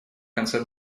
конце